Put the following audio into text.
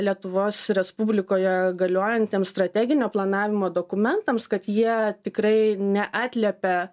lietuvos respublikoje galiojantiems strateginio planavimo dokumentams kad jie tikrai neatliepia